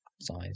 Size